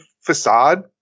facade